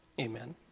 Amen